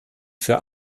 für